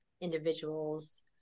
individuals